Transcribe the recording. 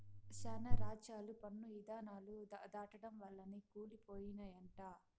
శానా రాజ్యాలు పన్ను ఇధానాలు దాటడం వల్లనే కూలి పోయినయంట